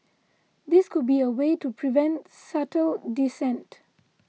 this could be a way to prevent subtle dissent